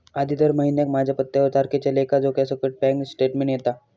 आधी दर महिन्याक माझ्या पत्त्यावर तारखेच्या लेखा जोख्यासकट बॅन्क स्टेटमेंट येता